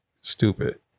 stupid